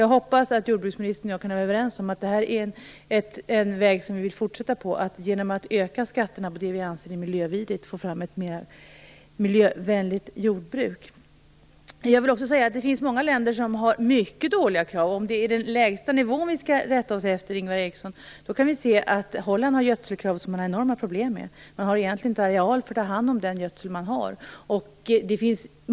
Jag hoppas att jordbruksministern och jag är överens om att en väg som vi vill fortsätta på är att, genom att öka skatterna på det som vi anser miljövidrigt, få fram ett mera miljövänligt jordbruk. Det finns många länder som ställer mycket låga krav. Är det den lägsta nivån som vi skall rätta oss efter, Ingvar Eriksson? Holland har gödselkrav som gör att landet har enorma problem med gödsel. Man har egentligen inte areal att ta hand om den gödsel som finns.